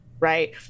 right